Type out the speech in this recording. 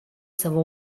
civil